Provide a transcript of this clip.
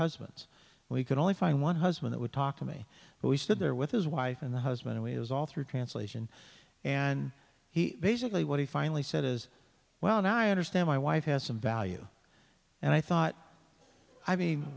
husbands we could only find one husband that would talk to me but he stood there with his wife and the husband and he was all through translation and he basically what he finally said as well and i understand my wife has some value and i thought